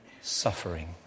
suffering